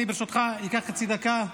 אני ברשותך אקח חצי דקה,